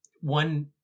one